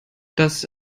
das